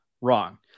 Wrong